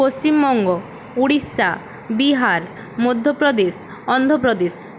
Paschimbanga Orissa Bihar Madhya Pradesh Andhra Pradesh